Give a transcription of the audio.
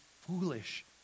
foolish